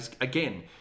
again